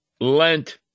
Lent